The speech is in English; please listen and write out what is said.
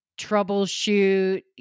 troubleshoot